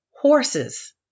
horses